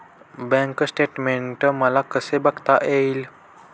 Bank statement मला कसे बघता येईल?